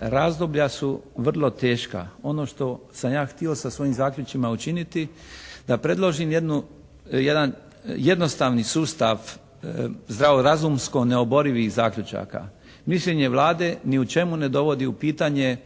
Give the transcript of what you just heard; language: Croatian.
razdoblja su vrlo teška. Ono što sam ja htio sa svojim zaključcima učiniti da predložim jedan jednostavni sustav zdravo razumsko neoborivih zaključaka. Mišljenje Vlade ni u čemu ne dovodi u pitanje